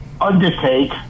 undertake